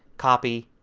copy,